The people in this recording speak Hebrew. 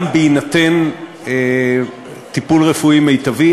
גם בהינתן טיפול רפואי מיטבי,